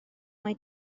mai